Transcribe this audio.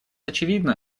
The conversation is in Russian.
очевидно